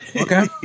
Okay